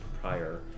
prior